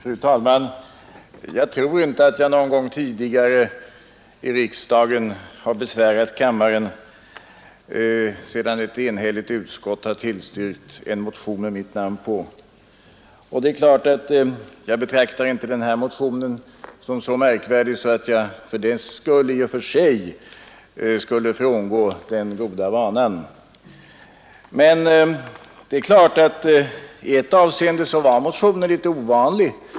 Fru talman! Jag tror inte att jag någon gång tidigare i riksdagen har besvärat kammaren sedan ett enhälligt utskott tillstyrkt en motion med mitt namn på. Jag betraktar inte den här motionen som så märkvärdig att jag för dess skull i och för sig bör frångå den goda vanan, men det är klart att i ett avseende var motionen litet ovanlig.